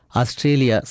Australia